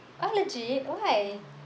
oh legit why